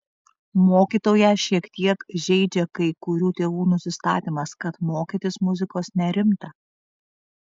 mokytoją šiek tiek žeidžia kai kurių tėvų nusistatymas kad mokytis muzikos nerimta